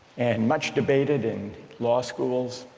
and much debated in law schools.